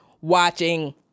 watching